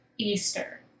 Easter